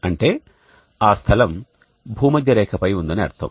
అంటే ఆ స్థలం భూమధ్యరేఖపై ఉందని అర్థం